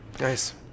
Nice